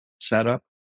setup